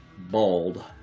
bald